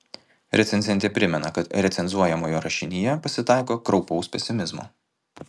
recenzentė primena kad recenzuojamojo rašyme pasitaiko kraupaus pesimizmo